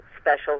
special